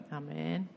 amen